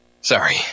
Sorry